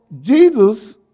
Jesus